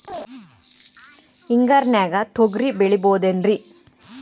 ಹಿಂಗಾರಿನ್ಯಾಗ ತೊಗ್ರಿ ಬೆಳಿಬೊದೇನ್ರೇ?